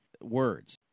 words